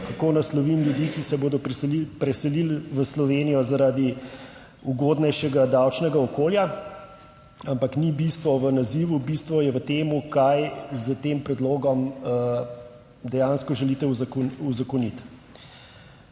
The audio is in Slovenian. kako naslovim ljudi, ki se bodo preselili v Slovenijo zaradi ugodnejšega davčnega okolja. Ampak ni bistvo v nazivu, bistvo je v tem, kaj s tem predlogom dejansko želite uzakoniti.